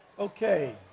Okay